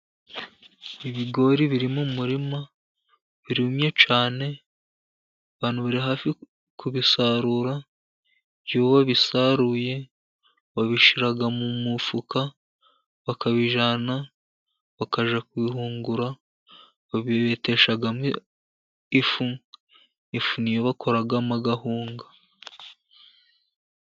Ibigori biri mu murima birumye cyane, abantu bari hafi kubisarura, iyo babisaruye, babishyira mu mufuka, bakabijyana, bakajya kubihungura, babiteshamo ifu, ifu ni yo bakoramo agahunga.